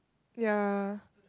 ya